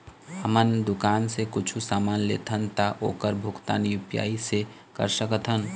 हमन दुकान से कुछू समान लेथन ता ओकर भुगतान यू.पी.आई से कर सकथन?